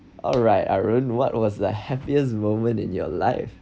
alright aaron what was like happiest moment in your life